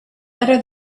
better